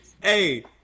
hey